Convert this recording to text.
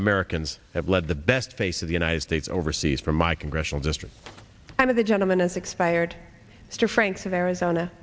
americans have led the best face of the united states overseas from my congressional district and of the gentleman has expired mr franks of arizona